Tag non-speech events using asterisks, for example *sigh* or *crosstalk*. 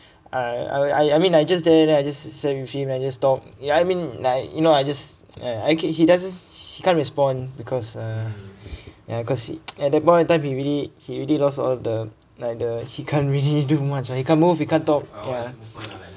I I I mean I just there then I just sat with him and just talk ya I mean like you know I just ya I can~ he doesn't he can't respond because uh ya cause he *noise* ya that point of time he already he already lost all the like the he can't really do much he can't move he can't talk ya